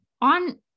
on